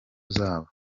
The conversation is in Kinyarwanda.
zabo